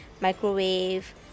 microwave